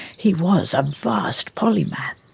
he was a vast polymath,